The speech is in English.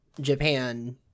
japan